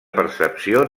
percepció